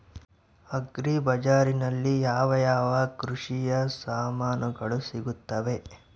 Agri ಬಜಾರಿನಲ್ಲಿ ಯಾವ ಯಾವ ಕೃಷಿಯ ಸಾಮಾನುಗಳು ಸಿಗುತ್ತವೆ?